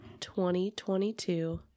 2022